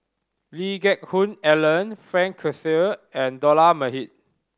Lee Geck Hoon Ellen Frank Cloutier and Dollah Majid